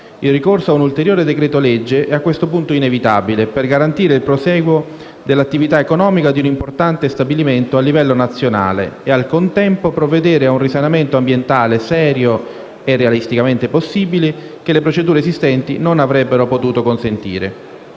Il ricorso a un ulteriore decreto-legge è a questo punto inevitabile per garantire il proseguo dell'attività economica di un importante stabilimento a livello nazionale e, al contempo, provvedere a un risanamento ambientale serio e realisticamente possibile, che le procedure esistenti non avrebbero potuto consentire.